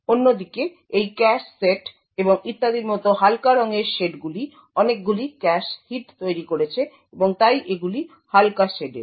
অন্যদিকে এই cash set এবং ইত্যাদির মতো হালকা রঙের শেডগুলি অনেকগুলি ক্যাশ হিট তৈরী করেছে এবং তাই এগুলি হালকা শেডের